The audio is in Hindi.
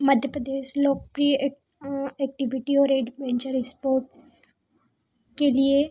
मध्य प्रदेश लोकप्रिय एक्टिविटी और एडवेंचर इस्पॉर्ट्स के लिए